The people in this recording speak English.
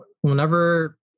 Whenever